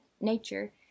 nature